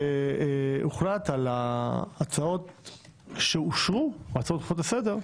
כשהוחלט על ההצעות שאושרו, הצעות דחופות לסדר,